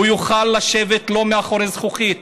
הוא יוכל לשבת לא מאחורי זכוכית.